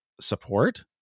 support